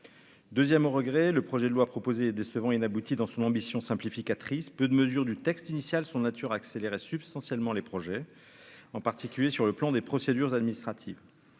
au regret, le projet de loi proposé décevant dans son ambition simplificatrice, peu de mesures du texte initial sont nature accélérer substantiellement les projets, en particulier sur le plan des procédures administratives,